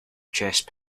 chest